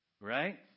Right